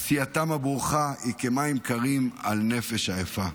עשייתם הברוכה היא כמים קרים על נפש עייפה.